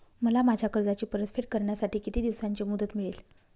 मला माझ्या कर्जाची परतफेड करण्यासाठी किती दिवसांची मुदत मिळेल?